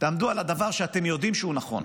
תעמדו על הדבר שאתם יודעים שהוא נכון,